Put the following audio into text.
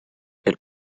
elle